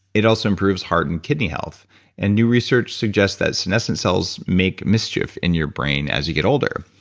it also improves heart and kidney health and new research suggests that senescence cells make mischief in your brain as you get older.